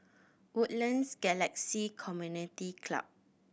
Woodlands Galaxy Community Club